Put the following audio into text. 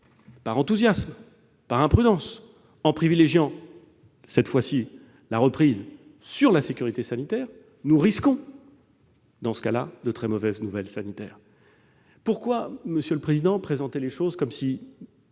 par enthousiasme, par imprudence, en privilégiant cette fois-ci la reprise sur la sécurité sanitaire, nous risquons, dans ce cas-là, d'avoir de très mauvaises nouvelles sanitaires. Pourquoi, monsieur le président, présenter les choses comme si